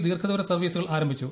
ദീർഘ ദൂര സർവ്വീസുകൾ ആരംഭിച്ചു